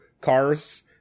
cars